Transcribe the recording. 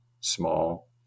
small